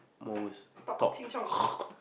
more worse talk cock